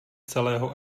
celého